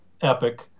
epic